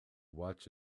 watch